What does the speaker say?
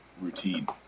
routine